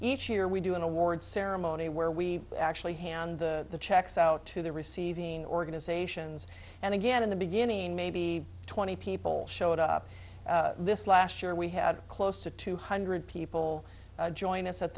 each year we do an award ceremony where we actually hand the checks out to the receiving organizations and again in the beginning maybe twenty people showed up this last year we had close to two hundred people join us at